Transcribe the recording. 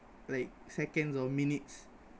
like seconds or minutes